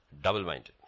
Double-minded